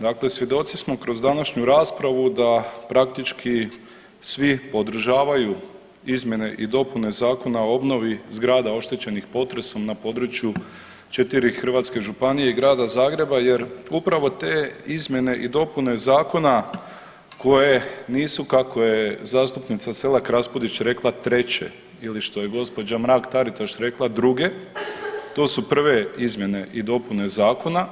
Dakle, svjedoci smo kroz današnju raspravu da praktički svi podržavaju izmjene i dopune Zakona o obnovi zgrada oštećenih potresom na području 4 hrvatske županije i Grada Zagreba jer upravo te izmjene i dopune Zakona koje nisu kako je zastupnica Selak Raspudić rekla, treće ili što je g. Mrak-Taritaš rekla druge, to su prve izmjene i dopune Zakona